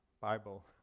Bible